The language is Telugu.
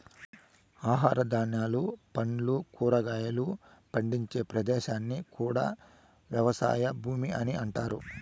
ఆహార ధాన్యాలు, పండ్లు, కూరగాయలు పండించే ప్రదేశాన్ని కూడా వ్యవసాయ భూమి అని అంటారు